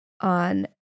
on